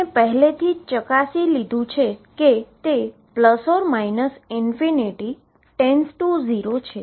આપણે પહેલેથી જ ચકાસી લીધું છે કે →±∞→0 છે